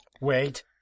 Wait